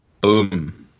boom